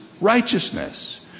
righteousness